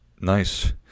Nice